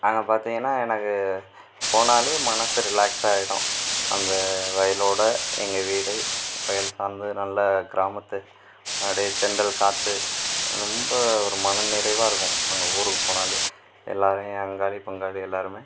அங்கே பார்த்திங்கன்னா எனக்கு போனாலே மனசு ரிலாக்ஸ் ஆகிடும் அங்கே வயலோட எங்கள் வீடு வயல் சார்ந்து நல்ல கிராமத்து அப்படியே தென்றல் காற்று ரொம்ப ஒரு மனநிறைவாக இருக்கும் அங்கே ஊருக்கு போனாலே எல்லாரையும் அங்காளி பங்காளி எல்லாருமே